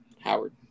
Howard